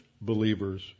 believers